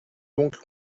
donc